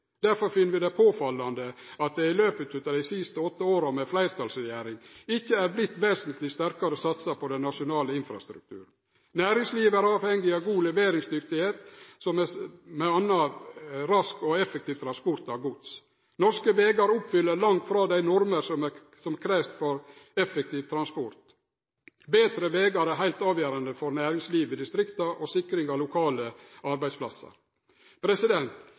Derfor finn vi det påfallande at det i løpet av dei siste åtte åra med fleirtalsregjering ikkje har vorte ei vesentleg sterkare satsing på den nasjonale infrastrukturen. Næringslivet er avhengig av høg leveringsdyktigheit, som med anna rask og effektiv transport av gods. Norske vegar oppfyller langt frå dei normer som krevst for effektiv transport. Betre vegar er heilt avgjerande for næringslivet i distrikta og for sikring av lokale arbeidsplassar.